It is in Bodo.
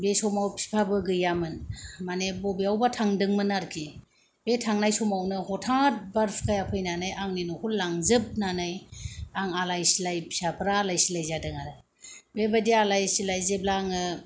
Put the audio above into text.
बे समाव बिफाबो गैयामोन माने बबेयावबा थांदोंमोन आरखि बे थांनाय समावनो हथात बार सुखाया फैनानै आं नि न' खौ लांजोबनानै आं आलाय सिलाय फिसाफोरा आलाय सिलाय जादों आरो बेबादि आलाय सिलाय जेब्ला आङो